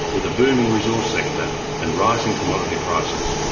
with a booming resource sector and rising commodity prices,